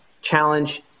challenge